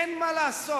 אין מה לעשות.